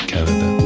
Canada